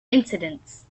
incidents